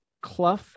Clough